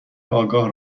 آگاه